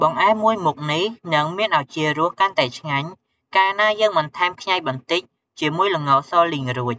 បង្អែមមួយមុខនេះនឹងមានឱ្យជារសកាន់តែឆ្ងាញ់ កាលណាយើងបន្ថែមខ្ញីបន្តិច ជាមួយល្ងសលីងរួច។